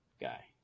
guy